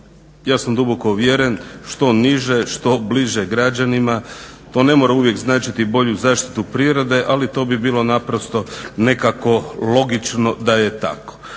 Ja sam duboko uvjeren što niže, što bliže građanima. To ne mora uvijek značiti bolju zaštitu prirode ali to bi bilo naprosto nekako logično da je tako.